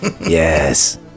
yes